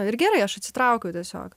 ir gerai aš atsitraukiau tiesiog